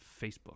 Facebook